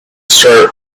start